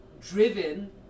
driven